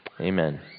Amen